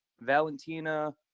Valentina